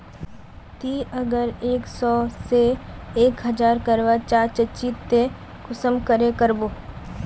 ती अगर एक सो से एक हजार करवा चाँ चची ते कुंसम करे करबो?